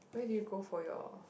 where did you go for your